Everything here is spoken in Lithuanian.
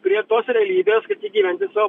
prie tos realybės kad įgyvendint savo